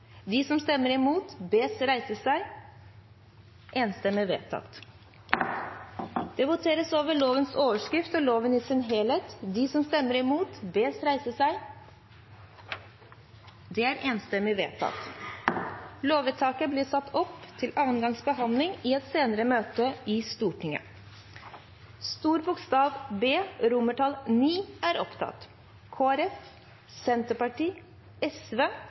de vil stemme imot. Det voteres over komiteens innstilling til resten av A. Det voteres over lovens overskrift og loven i sin helhet. Lovvedtaket vil bli satt opp til andre gangs behandling i et senere møte i Stortinget. Videre var innstilt: B